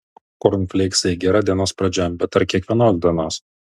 kornfleiksai gera dienos pradžia bet ar kiekvienos dienos